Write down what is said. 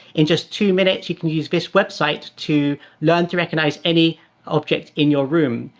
in just two minutes, you can use this website to learn to recognize any object in your room.